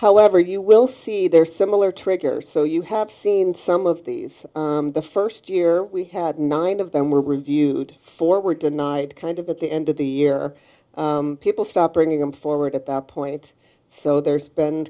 however you will see there are similar triggers so you have seen some of these the first year we had nine of them were reviewed four were denied kind of at the end of the year people stop bringing them forward at that point so there's been